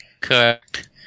Correct